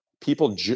people